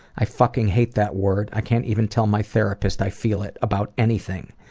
i fucking hate that word. i can't even tell my therapist i feel it about anything.